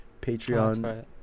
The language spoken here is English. patreon